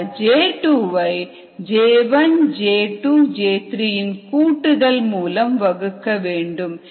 ஆக J2 வை J1 J2J3 இன் கூட்டுதல் மூலம் வகுக்க வேண்டும்